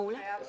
מעולה.